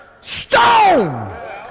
stone